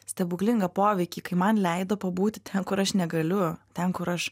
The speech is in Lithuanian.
stebuklingą poveikį kai man leido pabūti ten kur aš negaliu ten kur aš